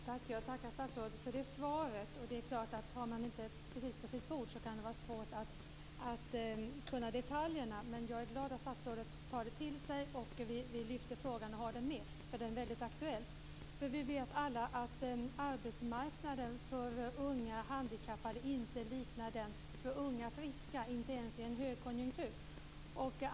Fru talman! Jag tackar statsrådet för det svaret. Det är klart att har man inte frågan precis på sitt borde, kan det vara svårt att känna till detaljerna. Men jag är glad att statsrådet tar detta till sig, att vi lyfter frågan och har den med, för den är väldigt aktuell. Vi vet alla att arbetsmarknaden för unga handikappade inte liknar den för unga friska, inte ens i en högkonjunktur.